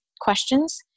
questions